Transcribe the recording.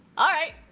alright,